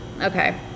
okay